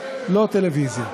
לא טלוויזיה.